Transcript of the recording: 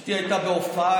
אשתי הייתה בהופעה,